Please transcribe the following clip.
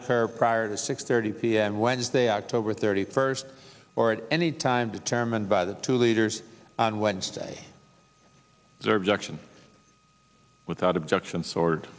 occur prior to six thirty p m wednesday october thirty first or at any time determined by the two leaders on wednesday serves action without objection sword